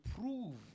prove